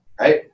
right